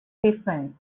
difference